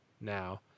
now